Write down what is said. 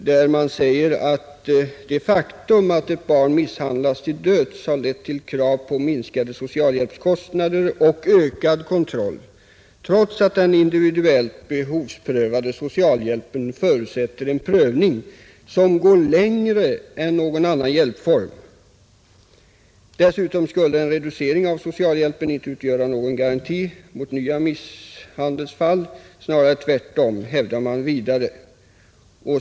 Det heter där: ”Det faktum att ett barn misshandlats till döds har lett till krav på minskade socialhjälpskostnader och ökad kontroll, trots att den individuellt behovsprövade socialhjälpen förutsätter en prövning som går längre än någon annan hjälpform”, säger TCO:s sociala yrkesråd. ”Dessutom skulle en reducering av socialhjälpen inte utgöra någon garanti mot nya misshandelsfall — snarare tvärtom”, hävdar man vidare.